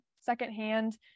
secondhand